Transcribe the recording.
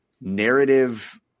narrative